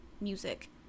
music